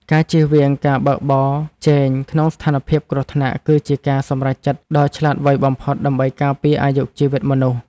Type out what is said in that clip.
ការជៀសវាងការបើកបរជែងក្នុងស្ថានភាពគ្រោះថ្នាក់គឺជាការសម្រេចចិត្តដ៏ឆ្លាតវៃបំផុតដើម្បីការពារអាយុជីវិតមនុស្ស។